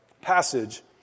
passage